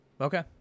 Okay